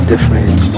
Different